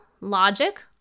Logic